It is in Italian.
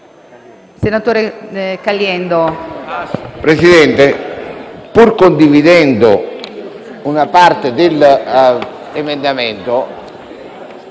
Signor Presidente, pur condividendo una parte dell'emendamento